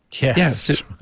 Yes